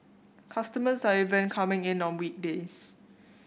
customers are even coming in on weekdays